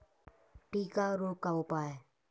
टिक्का रोग का उपाय?